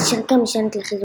מאשר כמשענת לחיזוקה.